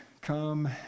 come